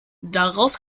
daraus